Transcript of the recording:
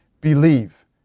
Believe